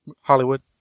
Hollywood